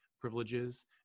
privileges